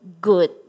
good